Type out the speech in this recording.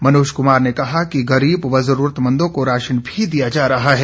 मनोज कुमार ने कहा कि गरीब व जरूरतमंद को राशन भी दिया जा रहा है